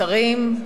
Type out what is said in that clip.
השרים,